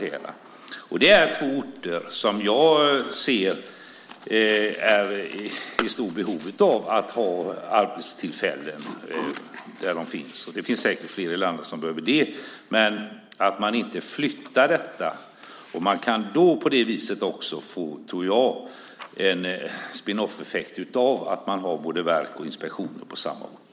Jag anser att det är två orter som är i stort behov av att ha arbetstillfällen, och det finns säkert fler i landet som behöver det. Man bör inte flytta detta. Jag tror att man på det viset också kan få en spin-off-effekt av att man har både verk och inspektioner på samma ort.